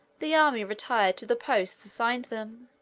the army retired to the posts assigned them,